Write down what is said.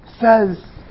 says